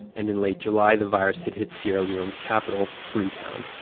and in late july, the virus had hit sierra leone's capital, freetown.